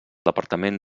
departament